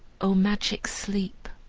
o magic sleep!